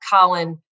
Colin